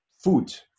food